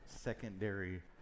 secondary